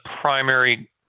primary